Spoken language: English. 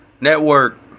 network